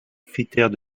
critère